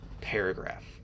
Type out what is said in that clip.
paragraph